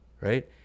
Right